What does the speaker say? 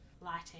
lighting